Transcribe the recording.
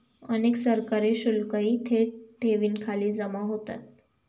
अनेक सरकारी शुल्कही थेट ठेवींखाली जमा होतात